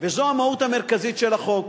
וזו המהות המרכזית של החוק.